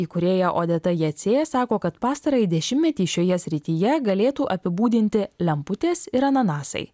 įkūrėja odeta jacė sako kad pastarąjį dešimtmetį šioje srityje galėtų apibūdinti lemputės ir ananasai